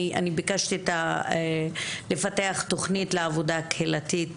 אני ביקשתי לפתח תכנית לעבודה קהילתית,